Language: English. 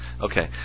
Okay